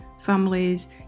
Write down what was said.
families